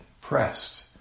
pressed